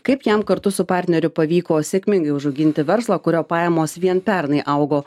kaip jam kartu su partneriu pavyko sėkmingai užauginti verslą kurio pajamos vien pernai augo